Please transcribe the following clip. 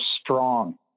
strong